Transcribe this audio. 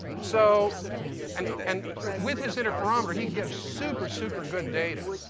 so and and with his interferometer he gets super, super good data.